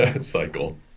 cycle